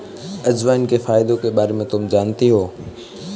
अजवाइन के फायदों के बारे में तुम जानती हो?